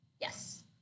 Yes